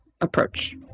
approach